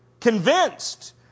convinced